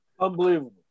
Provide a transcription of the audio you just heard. Unbelievable